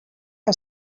que